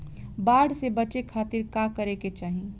बाढ़ से बचे खातिर का करे के चाहीं?